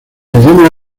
idiomas